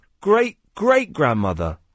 great-great-grandmother